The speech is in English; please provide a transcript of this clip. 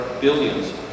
billions